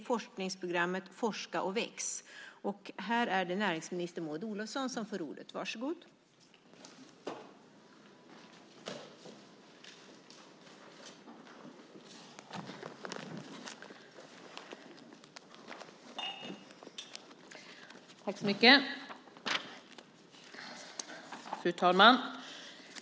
Fru talman!